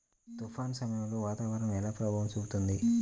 తుఫాను సమయాలలో వాతావరణం ఎలా ప్రభావం చూపుతుంది?